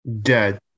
Dead